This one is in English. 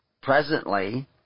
presently